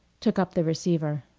took up the receiver.